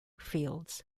fields